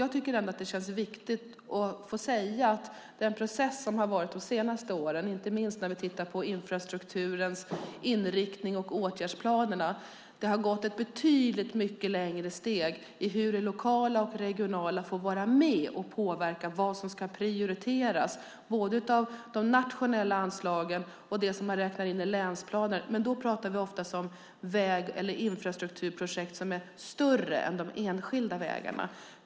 Jag tycker att det känns viktigt att få säga att den process som har varit de senaste åren, inte minst när det gäller infrastrukturens inriktning och åtgärdsplaner, har tagit betydligt längre steg i hur det lokala och det regionala får vara med och påverka vad som ska prioriteras av både de nationella anslagen och det som räknas in i länsplaner. Men då pratar vi oftast om väg eller infrastrukturprojekt som är större än de enskilda vägarna.